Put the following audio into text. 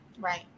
right